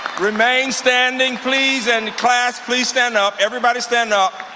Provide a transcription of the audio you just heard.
remain standing, please. and, class, please stand up. everybody stand up.